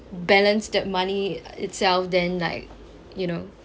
balanced that money itself then like you know